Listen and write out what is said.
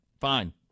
Fine